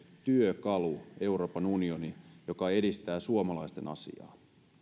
työkalu euroopan unioni joka edistää suomalaisten asiaa